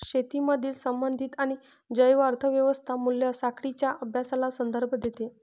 शेतीमधील संबंधित आणि जैव अर्थ व्यवस्था मूल्य साखळींच्या अभ्यासाचा संदर्भ देते